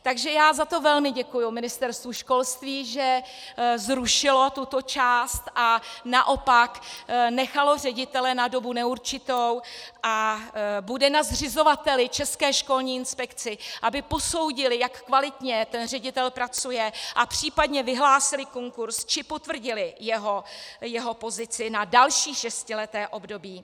Takže já za to velmi děkuji Ministerstvu školství, že zrušilo tuto část a naopak nechalo ředitele na dobu neurčitou a bude na zřizovateli, České školní inspekci, aby posoudil, jak kvalitně ten ředitel pracuje, a případně vyhlásil konkurz či potvrdil jeho pozici na další šestileté období.